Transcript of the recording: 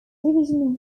division